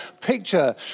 picture